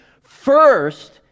first